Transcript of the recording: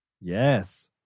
Yes